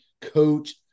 coach